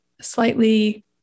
slightly